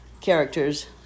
characters